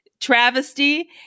travesty